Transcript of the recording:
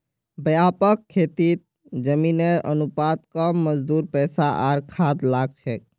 व्यापक खेतीत जमीनेर अनुपात कम मजदूर पैसा आर खाद लाग छेक